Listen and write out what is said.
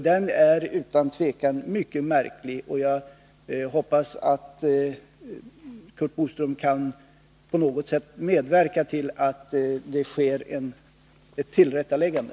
Den är utan tvivel mycket märklig, och jag hoppas att Curt Boström på något sätt vill medverka till att det sker ett tillrättaläggande.